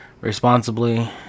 responsibly